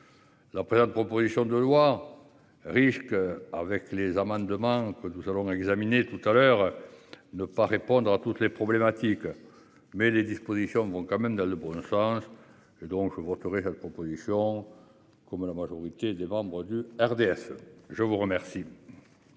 La présente, proposition de loi risque avec les amendements que nous allons examiner tout à l'heure. Ne pas répondre à toutes les problématiques. Mais les dispositions vont quand même dans le bonne femme. Et donc je voterai propositions. Comme la majorité des membres du RDS. Je vous remercie.